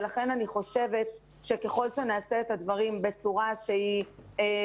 ולכן אני חושבת שככל שנעשה את הדברים בצורה מודולורית,